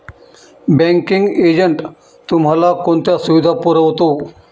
Banking agent तुम्हाला कोणत्या सुविधा पुरवतो?